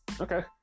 okay